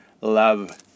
love